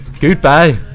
Goodbye